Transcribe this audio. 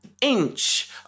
inch